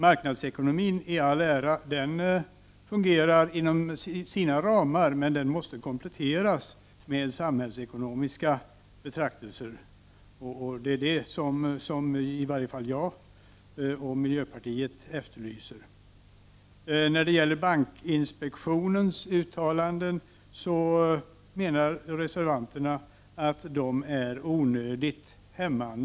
Marknadsekonomin i all ära — den fungerar inom sina ramar, men den måste kompletteras med samhällsekonomiska betraktelser. Jag och miljöpartiet i övrigt efterlyser just detta. Bankinspektionens uttalande menar reservanterna är onödigt hämmande.